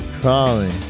crawling